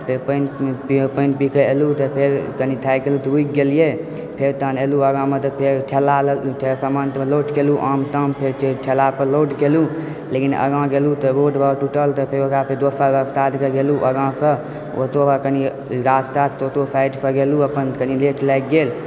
फेर पानि पी कऽ एलहुँ तऽ फेर कनी थाकि गेलहुँ तऽ रूकि गेलियै फेर तहन एलहुँ आगाँमे तऽ फेर ठेला लोड कएलहुँ आम ताम ठेला पर लोड केलहुँ लेकिन आगाँ गेलहुँ तबो आगाँसँ दोसर रास्ता साइडसँ गेलहुँ अपन कनी लेट लागि गेल